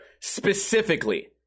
specifically